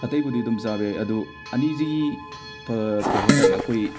ꯑꯇꯩꯕꯨꯗꯤ ꯑꯗꯨꯝ ꯆꯥꯕ ꯌꯥꯏ ꯑꯗꯣ ꯑꯅꯤꯖꯤꯒꯤ ꯐꯥ ꯀꯩ ꯍꯥꯏꯇꯔꯦ ꯑꯩꯈꯣꯏ